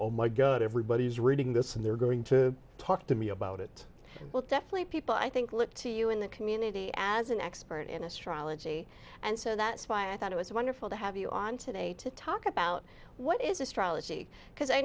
god everybody's reading this and they're going to talk to me about it and will definitely people i think look to you in the community as an expert in astrology and so that's why i thought it was wonderful to have you on today to talk about what is astrology because i